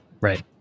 Right